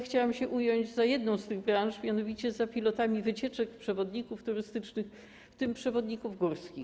Chciałam się ująć za jedną z tych branż, mianowicie za pilotami wycieczek, przewodnikami turystycznymi, w tym przewodnikami górskimi.